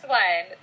one